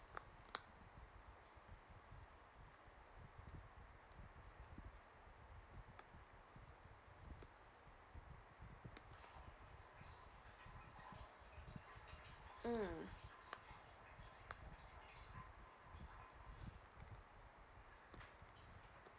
mm